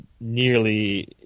nearly